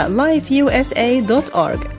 lifeusa.org